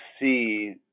see